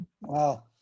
Wow